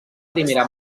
primera